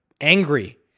angry